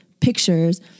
pictures